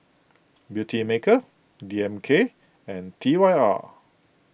Beautymaker D M K and T Y R